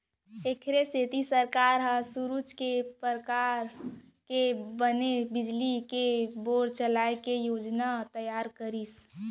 एखरे सेती सरकार ह सूरूज के परकास के बने बिजली ले बोर चलाए के योजना तइयार करिस